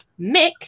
Mick